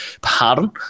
Pardon